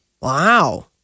Wow